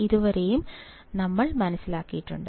ഇതുവരെയും ഞങ്ങൾ മനസ്സിലാക്കിയിട്ടുണ്ട്